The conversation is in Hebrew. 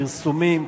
פרסומים,